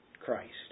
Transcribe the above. Christ